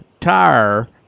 tire